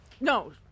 no